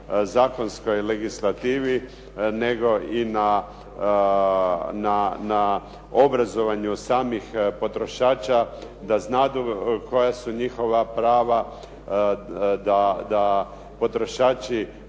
zakonskoj legislativi, nego i na obrazovanju samih potrošača, da znadu koja su njihova prava, da potrošači